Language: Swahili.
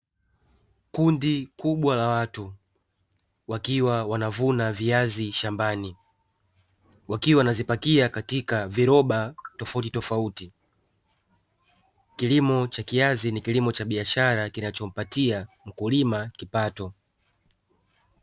Kundi kubwa la watu wakiwa wanavuna viazi shambani wakiwa wanazipakia katika viroba tofautitofauti, kilimo cha kiazi ni kilimo cha biashara kinachompatia mkulima kipato.